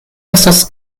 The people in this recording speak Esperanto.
estas